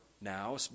now